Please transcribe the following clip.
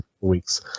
weeks